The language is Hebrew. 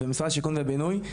ומשרד השיכון והבינוי,